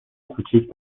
کوچیک